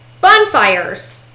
bonfires